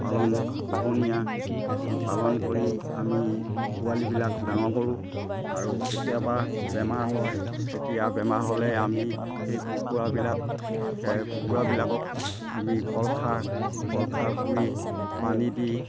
পালন পোহনীয়া পালন কৰি আমি পোৱালিবিলাক ডাঙৰ কৰোঁ আৰু কেতিয়াবা বেমাৰ হয় তেতিয়া বেমাৰ হ'লে আমি সেই কুকুৰাবিলাক কুকুৰাবিলাকক আমি কলখাৰ কল খাৰ পুৰি পানী দি